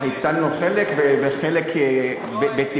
אנחנו הצלנו חלק, וחלק בטיפול.